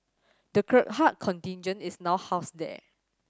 the Gurkha contingent is now housed there